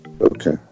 Okay